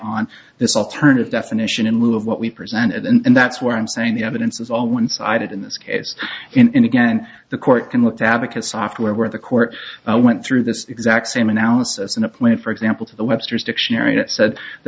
on this alternative definition in lieu of what we presented and that's what i'm saying the evidence is all one sided in this case in again the court can look to advocate software where the court i went through this exact same analysis in a planet for example to the webster's dictionary that said the